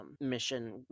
mission